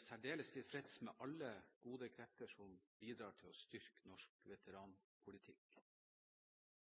særdeles tilfreds med alle gode krefter som bidrar til å styrke norsk veteranpolitikk.